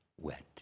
wet